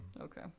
okay